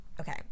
okay